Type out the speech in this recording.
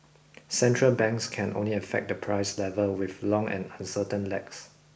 central banks can only affect the price level with long and uncertain lags